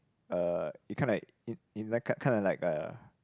uh it kinda like it like kinda like a